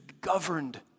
governed